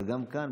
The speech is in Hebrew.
אבל גם כאן,